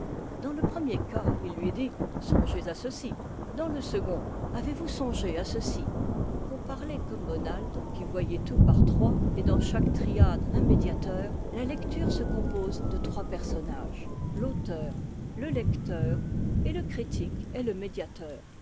dans le premier cas il lui dit songez à ceci dans le second avez-vous songé à ceci pour parler comme bonald qui voyait tout par trois et dans chaque triade un médiateur la lecture se compose de trois personnages l'auteur le lecteur et le critique est le médiateur